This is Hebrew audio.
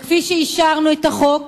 וכפי שאישרנו את החוק,